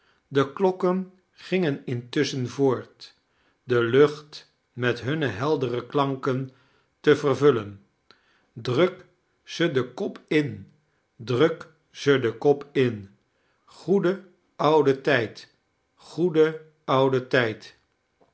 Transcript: de klokken gingen intusschen voort de lucht met hunne heldere klanken te vervullen druk ze den kop in druk ze den kop in goede oude tijd goede oude tijd